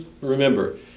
remember